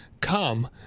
come